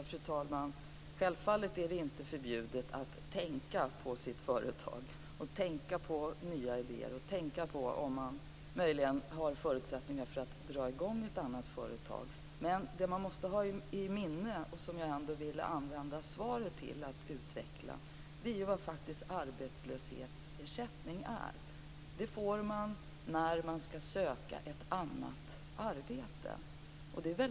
Fru talman! Det är självfallet inte förbjudet att tänka på sitt företag, på nya idéer och på om man möjligen har förutsättningar att dra i gång ett annat företag. Men man måste ha i minne vad arbetslöshetsersättning faktiskt är. Och det var det som jag ville utveckla i svaret. Arbetslöshetsersättning får man när man skall söka ett annat arbete.